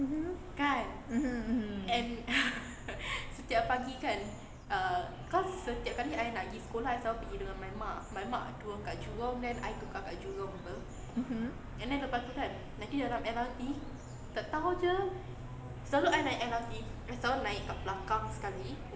mmhmm mmhmm